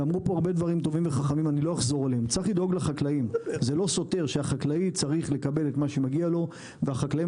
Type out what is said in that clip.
זה לא סותר שהחקלאי צריך לקבל את מה שמגיע לו והחקלאים